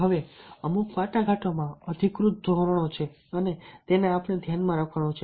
હવે અમુક વાટાઘાટો માં અધિકૃત ધોરણો છે અને તેને આપણે ધ્યાનમાં રાખવાનું છે